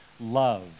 love